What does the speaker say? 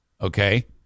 Okay